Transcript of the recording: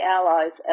Allies